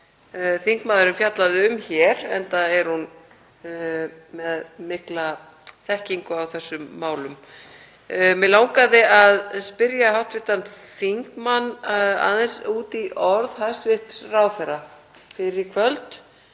þingmaðurinn fjallaði um hér, enda er hún með mikla þekkingu á þessum málum. Mig langaði að spyrja hv. þingmann aðeins út í orð hæstv. ráðherra fyrr í kvöld